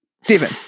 Steven